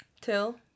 till